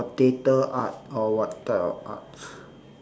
or theatre art or what type of arts